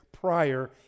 prior